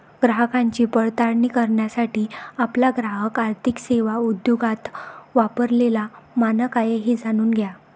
ग्राहकांची पडताळणी करण्यासाठी आपला ग्राहक आर्थिक सेवा उद्योगात वापरलेला मानक आहे हे जाणून घ्या